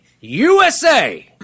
usa